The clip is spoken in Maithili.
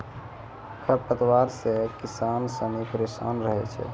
खरपतवार से किसान सनी परेशान रहै छै